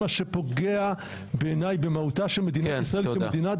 מה שפוגע בעיניי במהותה של מדינת ישראל כמדינה דמוקרטית.